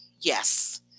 yes